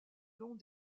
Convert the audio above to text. long